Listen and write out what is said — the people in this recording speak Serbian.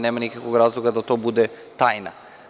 Nema nikakvo razloga da to bude tajna.